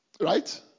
Right